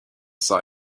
site